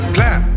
Clap